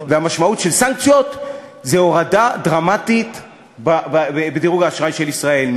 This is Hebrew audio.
המשמעות של סנקציות היא הורדה דרמטית בדירוג האשראי של ישראל,